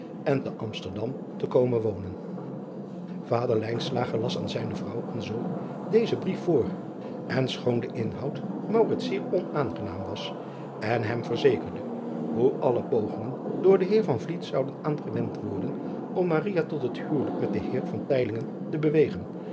en te msterdam te komen wonen ader las aan zijne vrouw en zoon dezen brief voor en schoon de inhoud zeer onaangenaam was en hem verzekerde hoe alle pogingen door den eer zouden aangewend worden om tot het huwelijk met den eer te bewegen